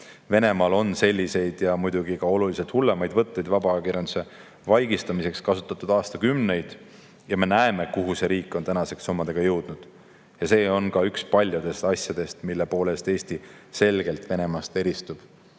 Venemaal on selliseid ja muidugi ka oluliselt hullemaid võtteid vaba ajakirjanduse vaigistamiseks kasutatud aastakümneid ja me näeme, kuhu see riik on tänaseks omadega jõudnud. See on üks paljudest asjadest, mille poolest Eesti selgelt Venemaast eristub.